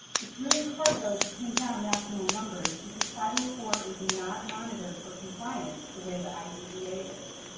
it's really hard though to pin down national numbers because five of four is not monitored for compliance the way the idea is.